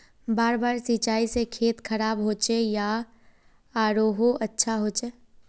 बार बार सिंचाई से खेत खराब होचे या आरोहो अच्छा होचए?